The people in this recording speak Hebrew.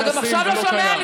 אתה גם עכשיו לא שומע?